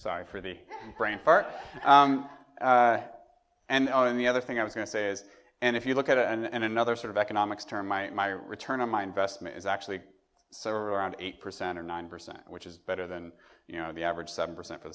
sorry for the brain fart and i mean the other thing i was going to say is and if you look at it and another sort of economics term my return on my investment is actually so around eight percent or nine percent which is better than you know the average seven percent for